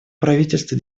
правительство